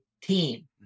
team